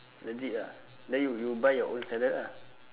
legit ah then you you buy your own salad lah